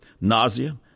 nausea